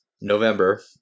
November